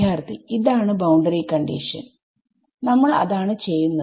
വിദ്യാർത്ഥി ഇതാണ് boundary condition നമ്മൾ അതാണ് ചെയ്യുന്നത്